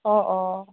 অ অ